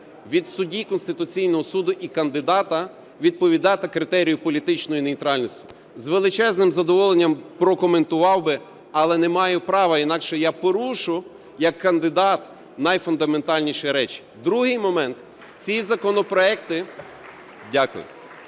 від судді Конституційного Суду і кандидата відповідати критерію політичної нейтральності. З величезним задоволенням прокоментував би, але не маю права, інакше я порушу як кандидат найфундаментальніші речі. Другий момент. Ці законопроекти…